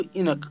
ina